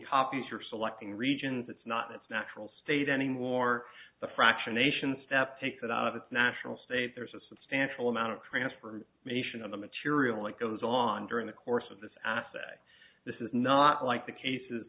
copies or selecting regions it's not its natural state anymore the fractionation step takes it out of its natural state there's a substantial amount of transfer mation on the material it goes on during the course of this asset this is not like the cases